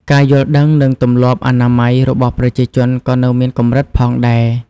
ការយល់ដឹង និងទម្លាប់អនាម័យ របស់ប្រជាជនក៏នៅមានកម្រិតផងដែរ។